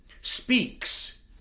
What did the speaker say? speaks